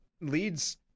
leads